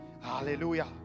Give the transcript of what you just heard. hallelujah